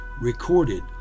recorded